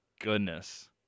goodness